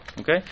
Okay